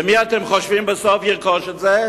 ומי אתם חושבים בסוף ירכוש את זה?